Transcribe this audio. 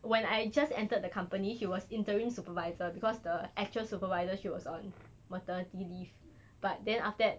when I just entered the company he was interviewing supervisor because the actual supervisor she was on maternity leave but then after that